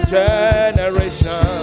generation